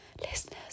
listeners